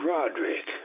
Roderick